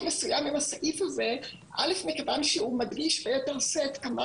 מסוים עם הסעיף הזה מכיוון שהוא מדגיש ביתר שאת כמה